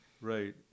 Right